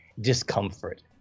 Discomfort